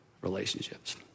relationships